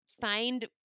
find